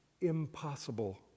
impossible